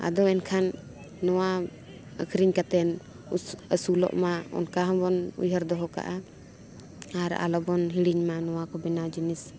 ᱟᱫᱚ ᱮᱱᱠᱷᱟᱱ ᱱᱚᱣᱟ ᱟᱹᱠᱷᱨᱤᱧ ᱠᱟᱛᱮᱫ ᱟᱹᱥᱩᱞᱚᱜ ᱢᱟ ᱚᱱᱠᱟ ᱦᱚᱸᱵᱚᱱ ᱩᱭᱦᱟᱹᱨ ᱫᱚᱦᱚ ᱠᱟᱜᱼᱟ ᱟᱨ ᱟᱞᱚ ᱵᱚᱱ ᱦᱤᱲᱤᱧ ᱢᱟ ᱱᱚᱣᱟ ᱠᱚ ᱵᱮᱱᱟᱣ ᱡᱤᱱᱤᱥ